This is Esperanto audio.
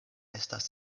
estas